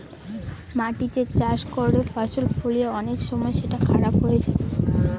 মাটিতে চাষ করে ফসল ফলিয়ে অনেক সময় সেটা খারাপ হয়ে যায়